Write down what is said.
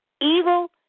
Evil